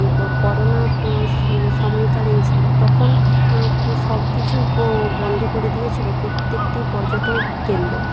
corona সময়কালীন ছিল তখন সবকিছু বন্ধ করে দিয়েছিল প্রত্যেকটি পর্যটক কেন্দ্র